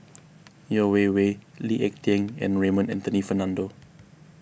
Yeo Wei Wei Lee Ek Tieng and Raymond Anthony Fernando